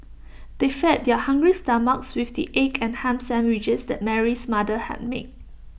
they fed their hungry stomachs with the egg and Ham Sandwiches that Mary's mother had made